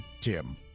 Tim